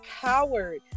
coward